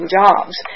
jobs